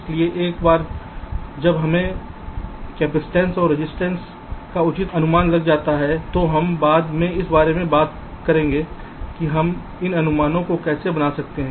इसलिए एक बार जब हमें पइसटेंस और रेजिस्टेंस का उचित अनुमान लग जाता है तो हम बाद में इस बारे में बात करेंगे कि हम इन अनुमानों को कैसे बना सकते हैं